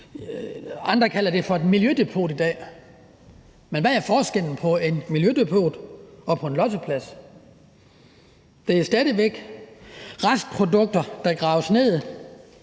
Andre kalder det i dag for et miljødepot. Men hvad er forskellen på et miljødepot og på en losseplads? Det er stadig væk restprodukter, der eksempelvis